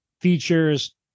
features